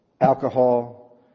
alcohol